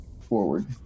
Forward